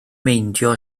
meindio